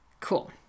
Cool